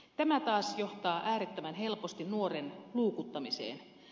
tämä taas johtaa äärettömän helposti nuoren luukuttamiseen